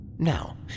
Now